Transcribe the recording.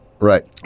Right